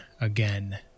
again